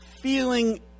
feeling